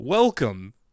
Welcome